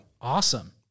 Awesome